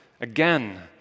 Again